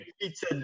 pizza